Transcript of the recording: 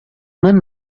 men